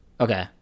okay